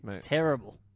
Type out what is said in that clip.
Terrible